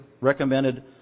recommended